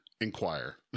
inquire